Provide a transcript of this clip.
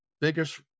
biggest